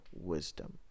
wisdom